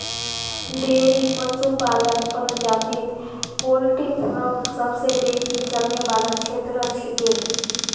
dairy पशुपालन प्रजातित poultry farm सबसे बेसी चलने वाला क्षेत्र छिके